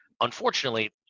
Unfortunately